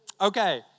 Okay